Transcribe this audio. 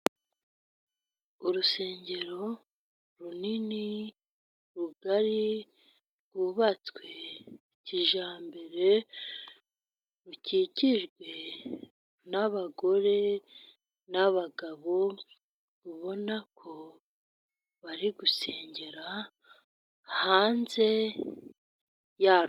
Urusengero runini, rugari, rwubatswe kijyambere, rukikijwe n'abagore n'abagabo ubona ko bari gusengera hanze yarwo.